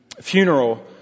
funeral